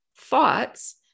thoughts